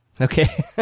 Okay